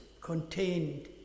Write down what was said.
contained